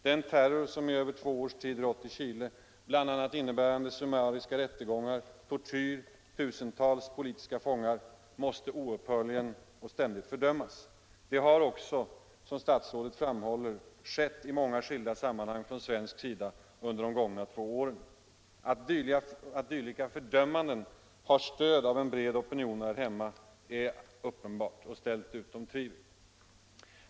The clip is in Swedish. Den terror som i över två års tid rått i Chile — bl.a. innebärande summariska rättegångar, tortyr, tusentals politiska fångar — måste ständigt och oupphörligen fördömas. Det har också — som statsrådet framhåller — skett i många skilda sammanhang från svensk sida 127 under de gångna två åren. Att dylika fördömanden har stöd av en bred opinion här hemma är uppenbart och ställt utom allt tvivel.